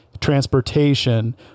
transportation